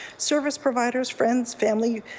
service providers, friends, family,